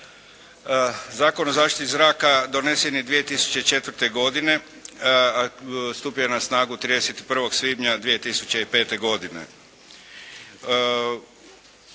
Zakon o zaštiti zraka donijet je 2004. godine. Stupio je na snagu 31. svibnja 2005. godine.